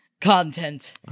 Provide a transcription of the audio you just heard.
content